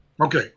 Okay